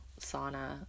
sauna